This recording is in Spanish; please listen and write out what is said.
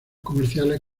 comerciales